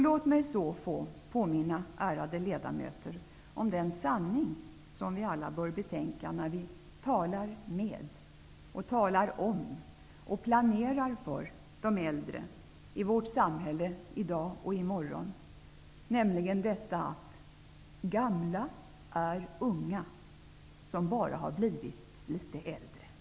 Låt mig så få påminna, ärade ledamöter, om den sanning som vi alla bör betänka när vi talar med, talar om och planerar för de äldre i vårt samhälle i dag och i morgon, nämligen att ''gamla är unga, som bara har blivit litet äldre''.